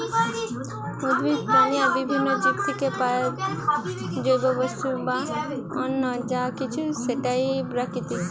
উদ্ভিদ, প্রাণী আর বিভিন্ন জীব থিকে পায়া জৈব বস্তু বা অন্য যা কিছু সেটাই প্রাকৃতিক